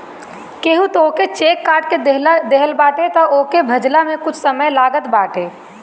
केहू तोहके चेक काट के देहले बाटे तअ ओके भजला में कुछ समय लागत बाटे